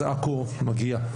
אז לעכו מגיע.